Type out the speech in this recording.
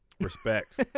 Respect